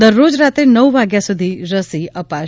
દરરોજ રાત્રે નવ વાગ્યા સુધી રસી અપાશે